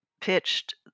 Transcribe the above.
pitched